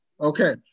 Okay